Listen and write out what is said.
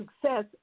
success